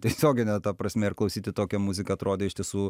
tiesiogine prasme ir klausyti tokią muziką atrodė iš tiesų